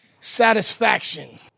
Satisfaction